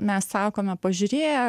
mes sakome pažiūrėję